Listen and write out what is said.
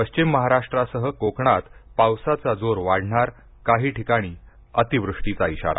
पश्चिम महाराष्ट्रासह कोकणात पावसाचा जोर वाढणार काही ठिकाणी अतिवृष्टीचा इशारा